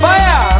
Fire